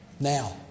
Now